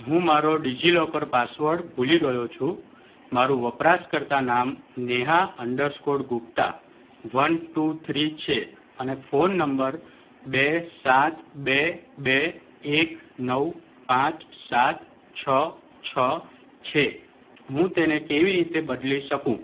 હું મારો DigiLocker password ભૂલી ગયો છું મારું વપરાશકર્તા નામ Neha underscore Gupta one two three છે અને ફોન નંબર બે સાત બે બે એક નવ પાંચ સાત છ છ છે હું તેને કેવી રીતે બદલી શકું